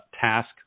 task